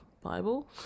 Bible